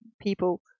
people